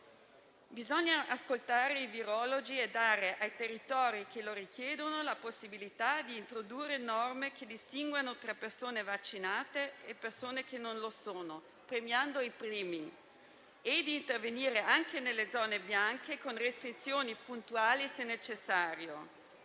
Bisogna ascoltare i virologi e dare ai territori che lo richiedono la possibilità di introdurre norme che distinguano tra persone vaccinate e persone che non lo sono, premiando i primi, e di intervenire anche nelle zone bianche con restrizioni puntuali, se necessario.